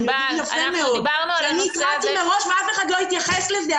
הם יודעים יפה מאוד שאני התרעתי מראש ואף אחד לא התייחס לזה.